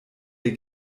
der